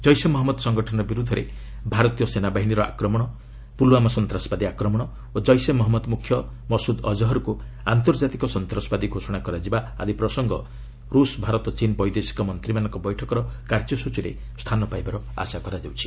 ଜୈସେ ମହମ୍ମଦ ସଙ୍ଗଠନ ବିରୁଦ୍ଧରେ ଭାରତୀୟ ସେନାବାହିନୀର ଆକ୍ରମଣ ପୁଲ୍ୱାମା ସନ୍ତାସବାଦୀ ଆକ୍ରମଣ ଓ ଜେସେ ମହମ୍ମଦ ମୁଖ୍ୟ ମସୁଦ୍ ଅକ୍ହର୍କୁ ଆନ୍ତର୍କାତିକ ସନ୍ତାସବାଦୀ ଘୋଷଣା କରାଯିବା ଆଦି ପ୍ରସଙ୍ଗ ରୁଷ୍ ଭାରତ ଚୀନ୍ ବୈଦେଶିକ ମନ୍ତ୍ରୀମାନଙ୍କ ବୈଠକର କାର୍ଯ୍ୟସ୍ଚୀରେ ସ୍ଥାନ ପାଇବାର ଆଶା କରାଯାଉଛି